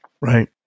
Right